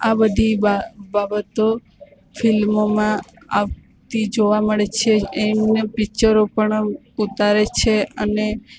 આ બધી બાબતો ફિલ્મોમાં આવતી જોવા મળે છે એમને પિક્ચરો પણ ઉતારે છે અને